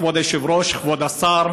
כבוד היושב-ראש, כבוד השר,